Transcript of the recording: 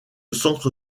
centre